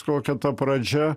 kokia ta pradžia